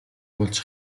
болж